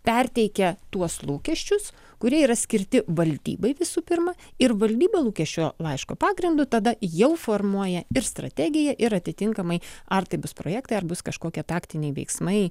perteikia tuos lūkesčius kurie yra skirti valdybai visų pirma ir valdyba lūkesčių laiško pagrindu tada jau formuoja ir strategija ir atitinkamai ar tai bus projektai ar bus kažkokie taktiniai veiksmai